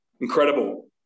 incredible